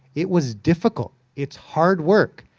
it was difficult. it's hard work.